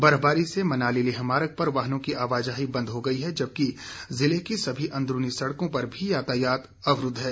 बर्फबारी से मनाली लेह मार्ग पर वाहनों की आवाजाही बंद हो गई है जबकि जिले की सभी अंदरूनी सड़कों पर भी यातायात अवरूद्व है